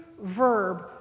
verb